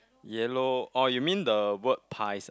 yellow oh you mean the word pies ah